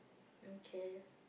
okay